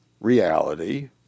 reality